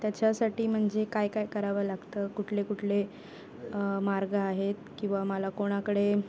त्याच्यासाठी म्हणजे काय काय करावं लागतं कुठले कुठले मार्ग आहेत किंवा मला कोणाकडे